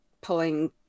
pulling